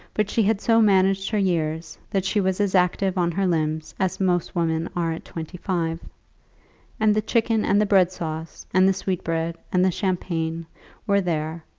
but she had so managed her years that she was as active on her limbs as most women are at twenty-five. and the chicken, and the bread-sauce, and the sweetbread, and the champagne were there,